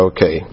Okay